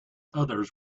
others